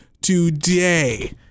today